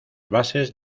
bases